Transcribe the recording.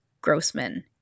Grossman